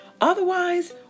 Otherwise